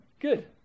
Good